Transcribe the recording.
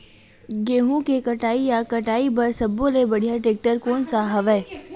गेहूं के कटाई या कटाई बर सब्बो ले बढ़िया टेक्टर कोन सा हवय?